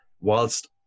whilst